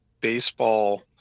baseball